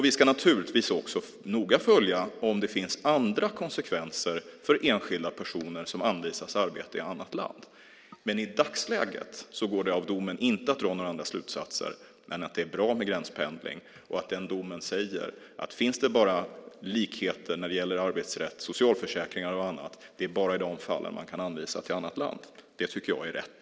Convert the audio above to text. Vi ska naturligtvis också noga följa om det finns andra konsekvenser för enskilda personer som anvisas arbete i annat land. I dagsläget går det dock inte att dra några andra slutsatser av domen än att det är bra med gränspendling och att domen säger att det är bara i de fall som det finns likheter när det gäller arbetsrätt, socialförsäkringar och annat som man kan anvisa till annat land. Det tycker jag är rätt.